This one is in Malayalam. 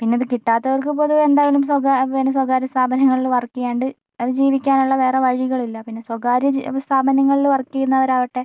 പിന്നെ ഇത് കിട്ടാത്തവർക്ക് പൊതുവെ എന്തായാലും പിന്നെ സ്വകാര്യ സ്ഥാപനങ്ങളിൽ വർക്കെയ്യാണ്ട് അതിജീവിക്കാൻ ഉള്ള വേറെ വഴികളില്ല പിന്നെ സ്വകാര്യ സ്ഥാപനങ്ങളിൽ വർക്ക് ചെയ്യുന്നവരാകട്ടെ